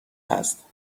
هست